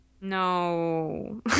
No